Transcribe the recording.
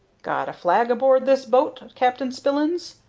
got a flag aboard this boat, captain spillins?